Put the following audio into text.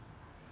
!aiyoyo!